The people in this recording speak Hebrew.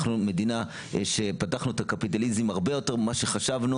אנחנו מדינה שפתחנו את הקפיטליזם הרבה יותר ממה שחשבנו.